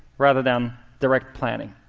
rather than direct planning.